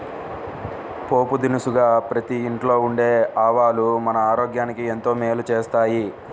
పోపు దినుసుగా ప్రతి ఇంట్లో ఉండే ఆవాలు మన ఆరోగ్యానికి ఎంతో మేలు చేస్తాయి